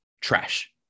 trash